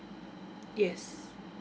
yes